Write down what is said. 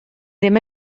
ddim